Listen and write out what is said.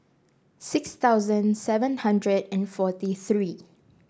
six thousand seven hundred and forty three